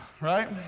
right